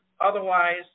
otherwise